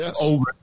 over